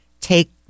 Take